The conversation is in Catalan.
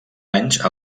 anys